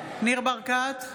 ניר ברקת,